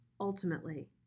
ultimately